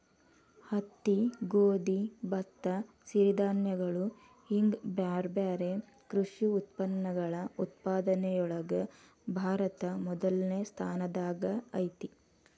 ಹತ್ತಿ, ಗೋಧಿ, ಭತ್ತ, ಸಿರಿಧಾನ್ಯಗಳು ಹಿಂಗ್ ಬ್ಯಾರ್ಬ್ಯಾರೇ ಕೃಷಿ ಉತ್ಪನ್ನಗಳ ಉತ್ಪಾದನೆಯೊಳಗ ಭಾರತ ಮೊದಲ್ನೇ ಸ್ಥಾನದಾಗ ಐತಿ